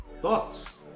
Thoughts